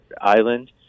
Island